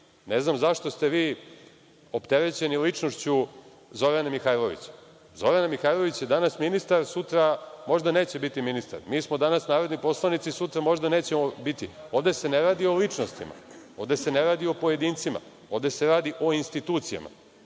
ne znam zašto ste vi opterećeni ličnošću Zorane Mihajlović, Zorana Mihajlović je danas ministar, sutra možda neće biti ministar, mi smo danas narodni poslanici, možda sutra nećemo biti. Ovde se ne radi o ličnostima, ovde se ne radi o pojedincima, ovde se radi o institucijama.